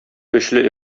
көчле